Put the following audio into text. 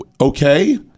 okay